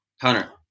Connor